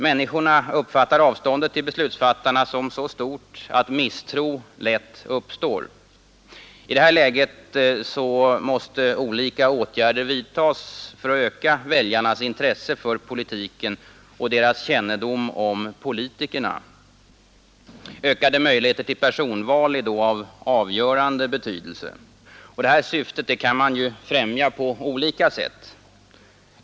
Människorna uppfattar avståndet till beslutsfattarna som så stort att misstro lätt uppstår. I det läget måste olika åtgärder vidtas för att öka jarnas intresse för politiken och deras kännedom om politikerna. Ökade möjligheter till personval har då avgörande betydelse. Det här syftet kan man främja på olika sätt.